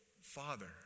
father